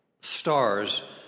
stars